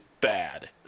bad